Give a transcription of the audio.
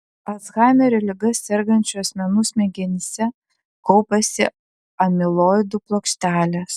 alzheimerio liga sergančių asmenų smegenyse kaupiasi amiloidų plokštelės